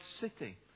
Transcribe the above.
city